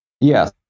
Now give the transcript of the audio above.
yes